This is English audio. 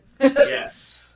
Yes